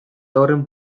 haurren